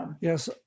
Yes